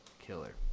killer